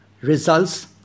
results